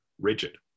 rigid